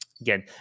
again